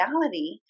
reality